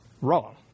wrong